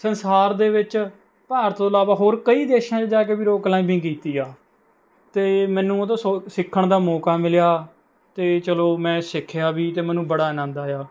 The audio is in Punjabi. ਸੰਸਾਰ ਦੇ ਵਿੱਚ ਭਾਰਤ ਤੋਂ ਇਲਾਵਾ ਹੋਰ ਕਈ ਦੇਸ਼ਾਂ ਵਿੱਚ ਜਾ ਕੇ ਵੀ ਰੌਕ ਕਲਾਈਮਬਿੰਗ ਕੀਤੀ ਹੈ ਅਤੇ ਮੈਨੂੰ ਉਹ ਤੋਂ ਸਿੱਖਣ ਦਾ ਮੌਕਾ ਮਿਲਿਆ ਅਤੇ ਚਲੋ ਮੈਂ ਸਿੱਖਿਆ ਵੀ ਅਤੇ ਮੈਨੂੰ ਬੜਾ ਆਨੰਦ ਆਇਆ